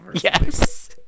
Yes